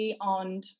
on